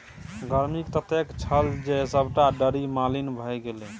गर्मी ततेक छल जे सभटा डारि मलिन भए गेलै